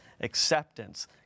acceptance